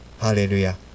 Hallelujah